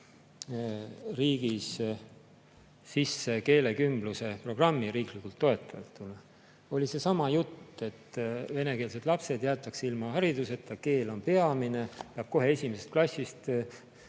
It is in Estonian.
riigis sisse keelekümbluse programmi riiklikult toetatuna, oli seesama jutt, et venekeelsed lapsed jäetakse ilma hariduseta, keel on peamine, peab kohe esimesest klassist